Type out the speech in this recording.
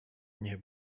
nie